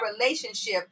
relationship